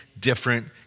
different